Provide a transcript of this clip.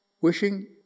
wishing